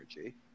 Energy